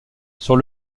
sur